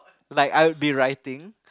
like I would be writing